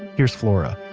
here's flora